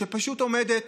שפשוט עומדת